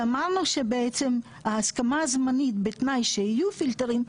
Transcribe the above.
ואמרנו שההסכמה הזמנית בתאני שיהיו פילטרים,